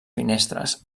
finestres